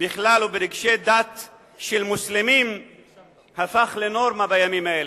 בכלל וברגשי דת של מוסלמים הפכה לנורמה בימים האלה.